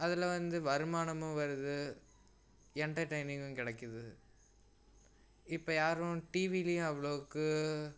அதுல வந்து வருமானமும் வருது என்டர்டெய்னிங்கும் கிடைக்கிது இப்போ யாரும் டிவியிலேயும் அவ்வளோக்கு